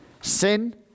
Sin